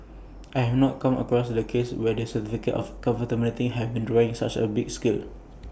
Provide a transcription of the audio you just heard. I have not come across any case where the certificate of conformity have been withdrawn on such A big scale